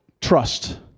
trust